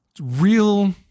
real